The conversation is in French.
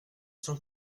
sens